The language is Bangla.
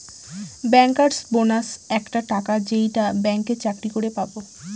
ব্যাঙ্কার্স বোনাস একটা টাকা যেইটা ব্যাঙ্কে চাকরি করে পাবো